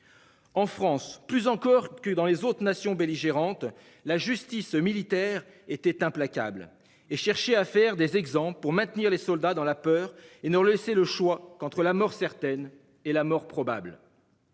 En France, plus encore que dans les autres nations belligérantes la justice militaire était implacable et chercher à faire des exemples pour maintenir les soldats dans la peur. Ils nous ont laissé le choix qu'entre la mort certaine et la mort probable.